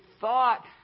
thought